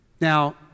Now